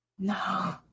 No